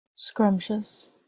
scrumptious